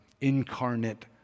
incarnate